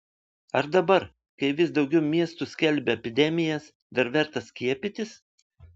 ar dabar kai vis daugiau miestų skelbia epidemijas dar verta skiepytis